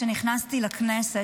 כשנכנסתי לכנסת,